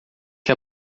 que